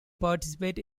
participate